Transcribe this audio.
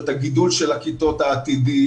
את הגידול של הכיתות העתידי,